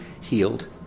healed